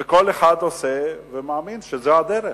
וכל אחד עושה ומאמין שזו הדרך,